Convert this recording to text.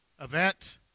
event